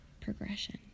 progression